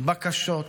בקשות,